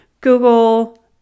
Google